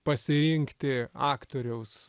pasirinkti aktoriaus